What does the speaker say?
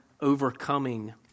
overcoming